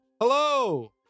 hello